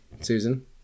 Susan